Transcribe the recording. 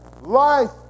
life